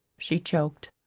she choked.